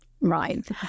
right